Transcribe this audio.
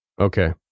Okay